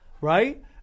right